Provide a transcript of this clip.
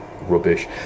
rubbish